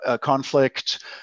conflict